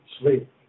sleep